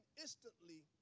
instantly